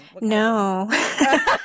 No